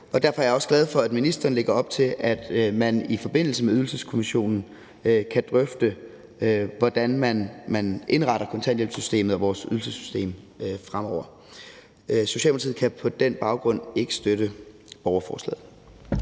og derfor er jeg også glad for, at ministeren lægger op til, at man i forbindelse med Ydelseskommissionen kan drøfte, hvordan man indretter kontanthjælpssystemet og vores ydelsessystem fremover. Socialdemokratiet kan på den baggrund ikke støtte borgerforslaget.